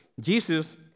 Jesus